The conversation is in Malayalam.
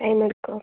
അതിൽ നിന്നെടുക്കുമോ